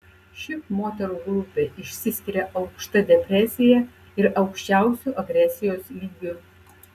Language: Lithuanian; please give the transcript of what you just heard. ši moterų grupė išsiskiria aukšta depresija ir aukščiausiu agresijos lygiu